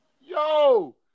Yo